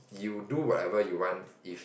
you do what ever you want if